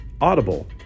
Audible